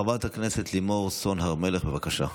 חברת הכנסת לימור סון הר מלך, בבקשה.